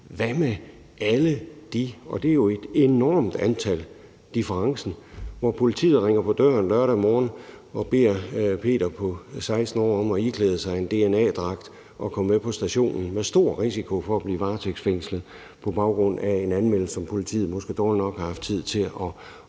alle de tilfælde – og der er jo et enormt antal med en difference – hvor politiet ringer på døren lørdag morgen og beder Peter på 16 år om at iklæde sig en dna-dragt og komme med på stationen med stor risiko for at blive varetægtsfængslet på baggrund af en anmeldelse, som politiet måske dårligt nok har haft tid til at undersøge.